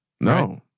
No